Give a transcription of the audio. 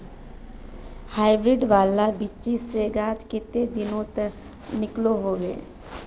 Hybrid वाला बिच्ची से गाछ कते दिनोत निकलो होबे?